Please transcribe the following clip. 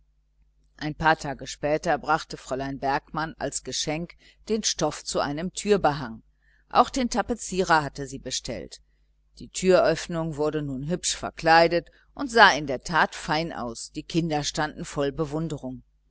ein paar tage später brachte fräulein bergmann als geschenk den stoff zu einer portiere auch den tapezierer hatte sie bestellt die türöffnung wurde nun elegant verkleidet und sah in der tat hübsch aus die kinder standen voll bewunderung